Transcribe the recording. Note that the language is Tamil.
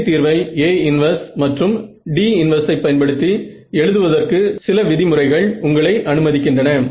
இறுதி தீர்வை A 1மற்றும் D−1 ஐ பயன்படுத்தி எழுதுவதற்கு சில விதிமுறைகள் உங்களை அனுமதிக்கின்றன